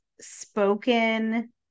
spoken